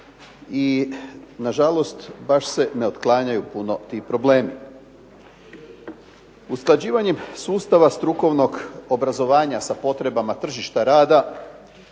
i nažalost baš se ne otklanjaju puno ti problemi. Usklađivanjem sustava strukovnog obrazovanja sa potrebama tržišta rada